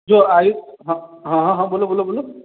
જો આ રીતે હા હા બોલો બોલો બોલો